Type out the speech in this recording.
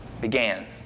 Began